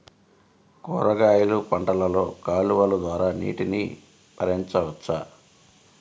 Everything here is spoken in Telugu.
కూరగాయలు పంటలలో కాలువలు ద్వారా నీటిని పరించవచ్చా?